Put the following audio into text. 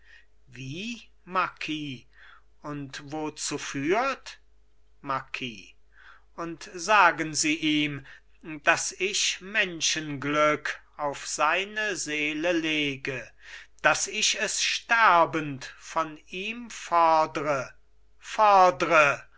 wie marquis und wozu führt marquis und sagen sie ihm daß ich menschenglück auf seine seele lege daß ich es sterbend von ihm fordre fordre